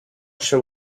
shall